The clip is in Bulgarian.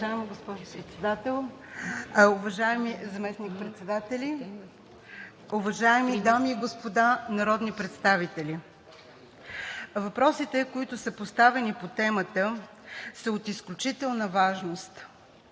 Уважаема госпожо Председател, уважаеми заместник-председатели, уважаеми дами и господа народни представители! Въпросите, които са поставени по темата, са от изключителна важност.